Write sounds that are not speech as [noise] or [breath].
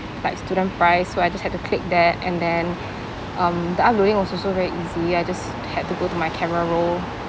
like student price so I just had to click that and then [breath] um the uploading was also very easy I just had to go to my camera roll